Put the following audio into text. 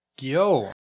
yo